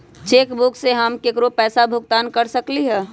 cheque book से हम केकरो पैसा भुगतान कर सकली ह